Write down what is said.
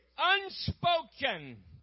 Unspoken